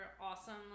awesome